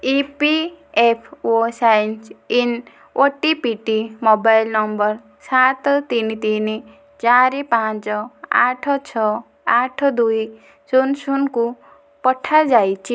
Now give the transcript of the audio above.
EPFO signs in OTP ଟି mobile number ସାତ ତିନି ତିନି ଚାରି ପାଞ୍ଚ ଆଠ ଛଅ ଆଠ ଦୁଇ ଶୂନ ଶୂନକୁ ପଠାଯାଇଛି